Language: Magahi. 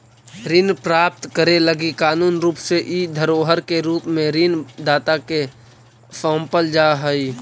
ऋण प्राप्त करे लगी कानूनी रूप से इ धरोहर के रूप में ऋण दाता के सौंपल जा हई